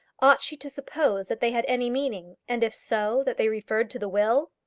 ought she to suppose that they had any meaning, and if so, that they referred to the will?